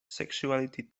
sexuality